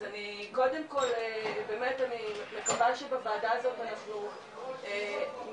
אז קודם כל באמת אני מקווה שבוועדה הזאת אנחנו נביא,